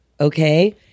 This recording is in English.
okay